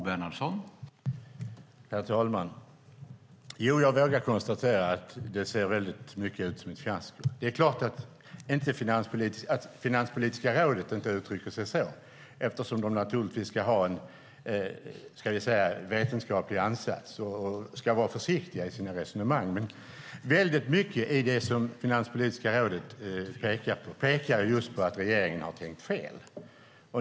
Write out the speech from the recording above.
Herr talman! Jo, jag vågar konstatera att det ser väldigt mycket ut som ett fiasko. Det är klart att Finanspolitiska rådet inte uttrycker sig så, eftersom de ska ha en vetenskaplig ansats och ska vara försiktiga i sina resonemang, men väldigt mycket i det som Finanspolitiska rådet pekar på antyder att regeringen har tänkt fel.